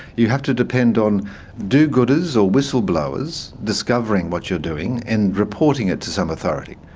you have to depend on do-gooders or whistle-blowers discovering what you're doing and reporting it to some authority.